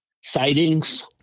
Sightings